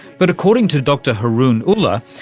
but according to dr haroon ullah,